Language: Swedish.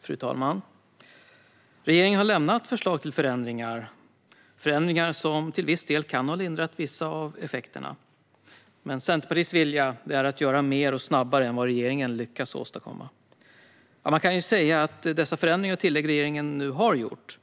Fru talman! Regeringen har lämnat förslag till förändringar. Det är förändringar som delvis kan ha lindrat vissa av effekterna. Centerpartiets vilja är dock att göra mer och snabbare än vad regeringen lyckats åstadkomma. Man kan säga att dessa förändringar och tillägg regeringen har gjort,